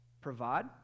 provide